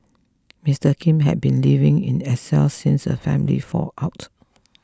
Mister Kim had been living in exile since a family fallout